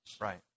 Right